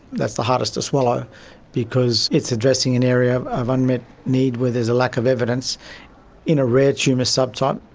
that's the hardest to swallow because it's addressing an area of unmet need where there's a lack of evidence in a rare tumour subtype.